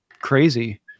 crazy